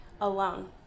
alone